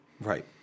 Right